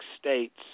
states